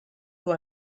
who